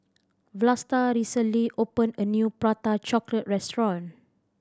Vlasta recently opened a new Prata Chocolate restaurant